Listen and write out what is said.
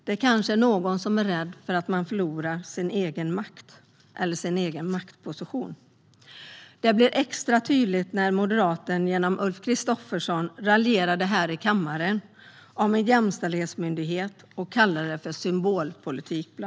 Det kanske är någon som är rädd för att förlora sin egen makt eller sin egen maktposition. Detta blir extra tydligt när Moderaterna genom Ulf Kristersson raljerar här i kammaren om jämställdhetsmyndigheten och bland annat kallar det för symbolpolitik.